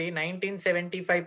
1975